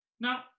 Now